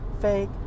Fake